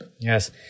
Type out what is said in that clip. yes